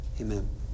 Amen